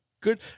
good